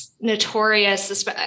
Notorious